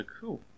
Cool